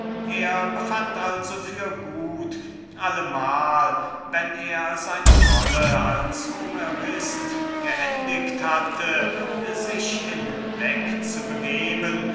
er befand also für gut sich allemal wenn er seine rolle als homerist geendiget hatte hinweg